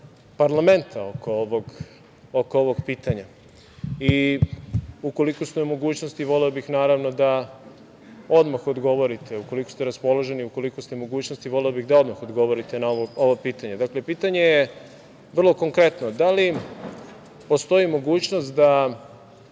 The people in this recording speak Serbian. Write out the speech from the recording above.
parlamenta oko ovog pitanja i ukoliko ste u mogućnosti voleo bih naravno da odmah odgovorite. Ukoliko ste raspoloženi, ukoliko ste u mogućnosti voleo bih da odmah odgovorite na ovo pitanje. Pitanje je vrlo konkretno – da li postoji mogućnost da